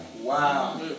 wow